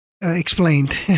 explained